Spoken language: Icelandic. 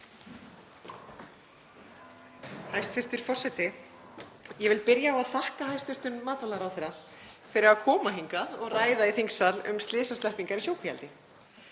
Hæstv. forseti. Ég vil byrja á að þakka hæstv. matvælaráðherra fyrir að koma hingað og ræða í þingsal um slysasleppingar í sjókvíaeldi.